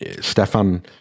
Stefan